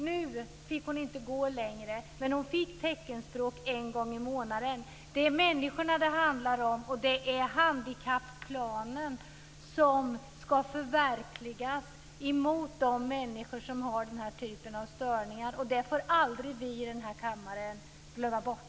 Nu fick hon inte gå längre, men hon fick teckenspråksundervisning en gång i månaden. Det är människorna det handlar om, och det är handikapplanen som ska förverkligas gentemot de människor som har den här typen av störningar. Det får aldrig vi i den här kammaren glömma bort!